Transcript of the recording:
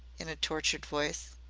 in a tortured voice.